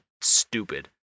stupid